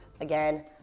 again